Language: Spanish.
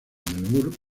melbourne